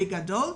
בגדול,